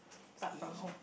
start from home